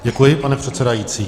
Děkuji, pane předsedající.